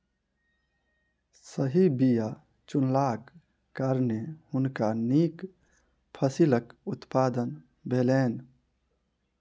सही बीया चुनलाक कारणेँ हुनका नीक फसिलक उत्पादन भेलैन